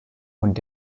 und